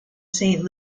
saint